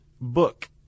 book